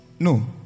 No